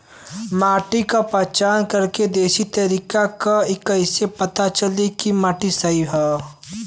माटी क पहचान करके देशी तरीका का ह कईसे पता चली कि माटी सही ह?